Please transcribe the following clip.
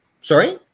sorry